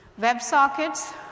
WebSockets